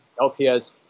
LPS